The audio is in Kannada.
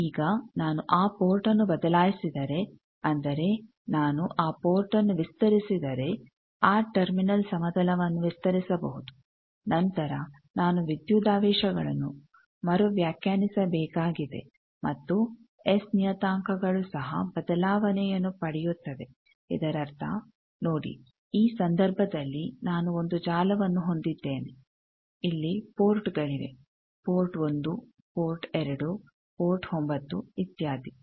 ಈಗ ನಾನು ಆ ಪೋರ್ಟ್ನ್ನು ಬದಲಾಯಿಸಿದರೆ ಅಂದರೆ ನಾನು ಆ ಪೋರ್ಟ್ನ್ನು ವಿಸ್ತರಿಸಿದರೆ ಆ ಟರ್ಮಿನಲ್ ಸಮತಲವನ್ನು ವಿಸ್ತರಿಸಬಹುದು ನಂತರ ನಾನು ವಿದ್ಯುದಾವೇಶಗಳನ್ನು ಮರು ವ್ಯಾಖ್ಯಾನಿಸಬೇಕಾಗಿದೆ ಮತ್ತು ಎಸ್ ನಿಯತಾಂಕಗಳು ಸಹ ಬದಲಾವಣೆಯನ್ನು ಪಡೆಯುತ್ತವೆ ಇದರರ್ಥ ನೋಡಿ ಈ ಸಂದರ್ಭದಲ್ಲಿ ನಾನು ಒಂದು ಜಾಲವನ್ನು ಹೊಂದಿದ್ದೇನೆ ಇಲ್ಲಿ ಪೋರ್ಟ್ ಗಳಿವೆ ಪೋರ್ಟ್1 ಪೋರ್ಟ್2 ಪೋರ್ಟ್ 9 ಇತ್ಯಾದಿ